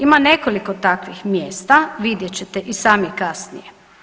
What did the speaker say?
Ima nekoliko takvih mjesta, vidjet ćete i sami kasnije.